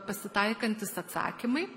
pasitaikantys atsakymai